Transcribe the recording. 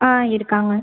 ஆ இருக்காங்க